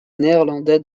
néerlandais